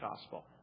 gospel